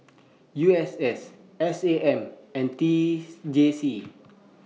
U S S S A M and teeth J C